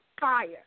Fire